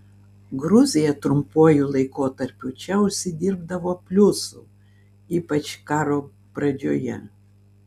gruzija trumpuoju laikotarpiu čia užsidirbdavo pliusų ypač karo pradžioje